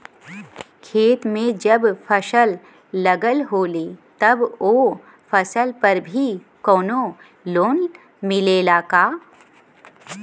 खेत में जब फसल लगल होले तब ओ फसल पर भी कौनो लोन मिलेला का?